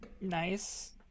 nice